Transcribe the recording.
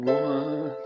one